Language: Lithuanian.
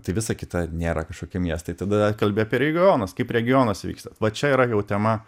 tai visa kita nėra kažkokie miestai tada kalbi apie regionus kaip regionuose vyksta va čia yra jau tema